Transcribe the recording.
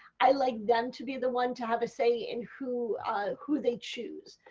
i like them to be the one to have a say in who who they choose.